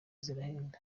zirahenda